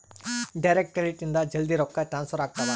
direct credit ಇಂದ ಜಲ್ದೀ ರೊಕ್ಕ ಟ್ರಾನ್ಸ್ಫರ್ ಆಗ್ತಾವ